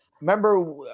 remember